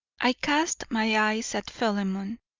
i cast my eyes at philemon.